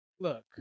Look